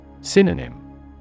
Synonym